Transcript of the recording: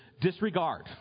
Disregard